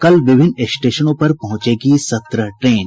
कल विभिन्न स्टेशनों पर पहुंचेगी सत्रह ट्रेन